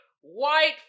white